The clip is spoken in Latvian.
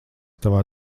tavā